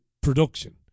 production